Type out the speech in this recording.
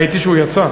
ראיתי שהוא יצא.